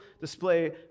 display